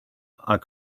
are